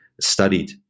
studied